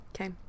Okay